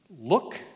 Look